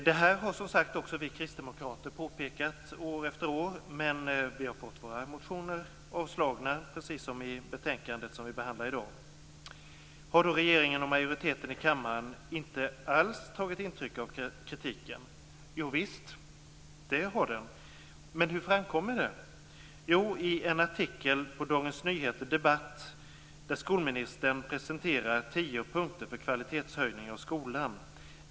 Det här har som sagt också vi kristdemokrater påpekat år efter år, men vi har fått våra motioner avstyrka, precis som i det betänkande vi behandlar i dag. Har då regeringen och majoriteten i kammaren inte alls tagit intryck av kritiken? Jo visst, det har den. Men hur framkommer det? Jo, i en artikel på debattsidan i Dagens Nyheter där skolministern presenterar tio punkter för kvalitetshöjning av skolan.